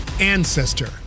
ancestor